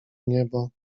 niebo